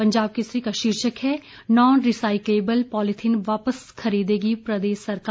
पंजाब केसरी का शीर्षक है नॉन रिसाइक्लेबल पॉलीथीन वापस खरीदेगी प्रदेश सरकार